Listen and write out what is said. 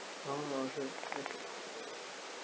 orh okay okay